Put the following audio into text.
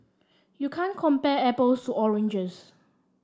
you can't compare apples to oranges